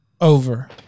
over